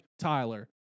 Tyler